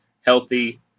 healthy